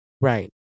Right